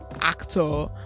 actor